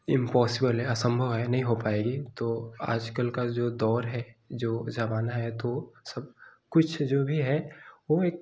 impossible है असंभव है नहीं हो पाएगी तो आजकल का जो दौर है जो ज़माना है तो सबकुछ जो भी है वह एक